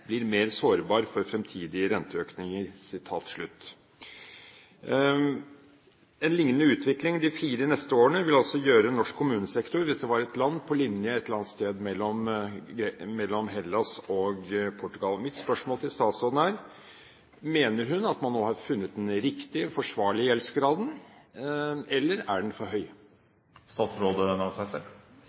blir mer sårbar for framtidige renteøkninger.» En lignende utvikling de fire neste årene ville altså gjøre at norsk kommunesektor, hvis den var et land, kom på linje et eller annet sted mellom Hellas og Portugal. Mitt spørsmål til statsråden er: Mener hun at man nå har funnet den riktige, forsvarlige gjeldsgraden, eller er den for høy?